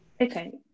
Okay